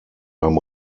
beim